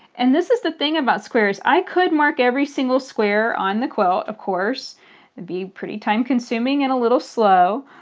and this is the thing about squares i could mark every single square on the quilt, of course. it'd be pretty time-consuming and a little slow.